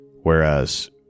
whereas